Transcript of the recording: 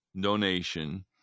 donation